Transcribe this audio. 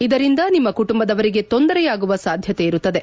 ಇದರಿಂದ ನಿಮ್ಮ ಕುಟುಂಬದವರಿಗೆ ತೊಂದರೆಯಾಗುವ ಸಾಧ್ಯತೆ ಇರುತ್ತದೆ